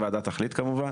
הוועדה תחליט כמובן,